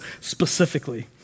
specifically